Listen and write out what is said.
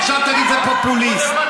עכשיו תגיד: זה פופוליסט.